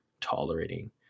tolerating